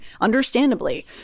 understandably